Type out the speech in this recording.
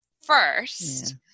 first